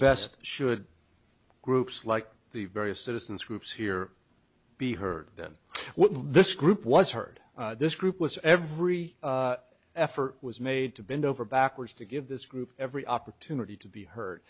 best should groups like the various citizens groups here be heard than what this group was heard this group was every effort was made to bend over backwards to give this group every opportunity to be hurt